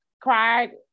cried